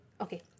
Okay